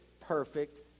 perfect